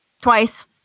Twice